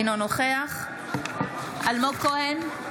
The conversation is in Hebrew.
אינו נוכח אלמוג כהן,